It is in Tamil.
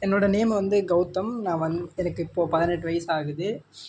என்னோட நேம் வந்து கௌதம் நான் வந்து எனக்கு இப்போது பதினெட்டு வயது ஆகுது